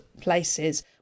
places